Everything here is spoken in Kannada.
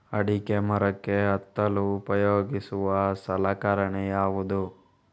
ಅಡಿಕೆ ಮರಕ್ಕೆ ಹತ್ತಲು ಉಪಯೋಗಿಸುವ ಸಲಕರಣೆ ಯಾವುದು?